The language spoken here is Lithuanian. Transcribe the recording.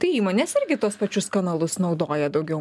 tai įmonės irgi tuos pačius kanalus naudoja daugiau